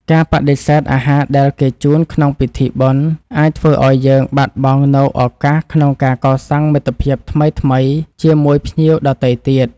ការបដិសេធអាហារដែលគេជូនក្នុងពិធីបុណ្យអាចធ្វើឱ្យយើងបាត់បង់នូវឱកាសក្នុងការកសាងមិត្តភាពថ្មីៗជាមួយភ្ញៀវដទៃទៀត។